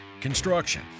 construction